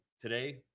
today